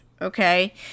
okay